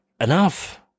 enough